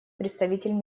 представитель